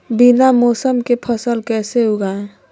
बिना मौसम के फसल कैसे उगाएं?